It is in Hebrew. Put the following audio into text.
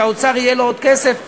שהאוצר יהיה לו עוד כסף.